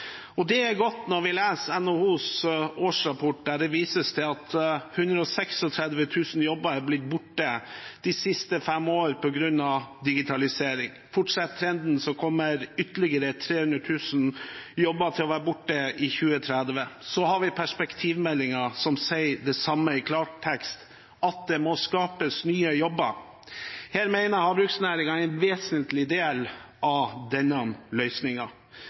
Det er godt når vi leser NHOs årsrapport der det vises til at 136 000 jobber er blitt borte de siste fem årene på grunn av digitalisering. Fortsetter trenden, kommer ytterligere 300 000 jobber til å være borte i 2030. Så har vi perspektivmeldingen, som sier det samme i klartekst, at det må skapes nye jobber. Her mener jeg havbruksnæringen er en vesentlig del av denne